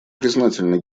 признательны